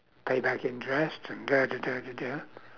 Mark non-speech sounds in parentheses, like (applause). pay back interest and (noise)